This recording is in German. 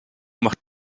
macht